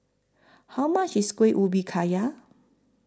How much IS Kuih Ubi Kayu